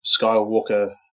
Skywalker